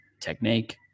technique